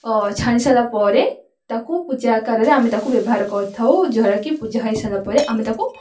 ଅ ଛାଣି ସାରିଲା ପରେ ତାକୁ ପୂଜା ଆକାରରେ ଆମେ ତାକୁ ବ୍ୟବହାର କରିଥାଉ ଯେଉଁଟାକି ପୂଜା ହେଇସାରିଲା ପରେ ଆମେ ତାକୁ